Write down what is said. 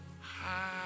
high